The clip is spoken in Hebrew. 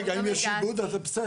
אני אבדוק.